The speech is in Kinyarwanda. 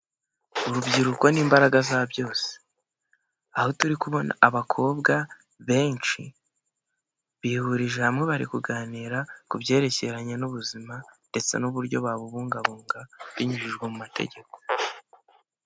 Urubyiruko n'imbaraga za byose, aho turi kubona abakobwa benshi bihurije hamwe bari kuganira ku byerekeranye n'ubuzima ndetse n'uburyo babungabunga binyujijwe mu mategeko.